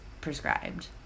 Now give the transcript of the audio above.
prescribed